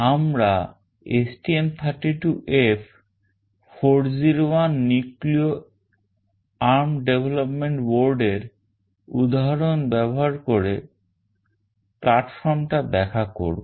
আমরা STM32F401 Nucleo ARM Development Board এর উদাহরণ ব্যবহার করে platform টা ব্যাখ্যা করব